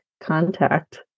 contact